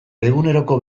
eguneroko